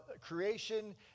creation